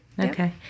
Okay